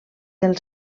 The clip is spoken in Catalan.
del